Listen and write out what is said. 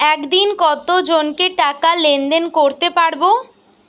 একদিন কত জনকে টাকা লেনদেন করতে পারবো?